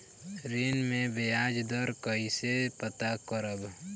ऋण में बयाज दर कईसे पता करब?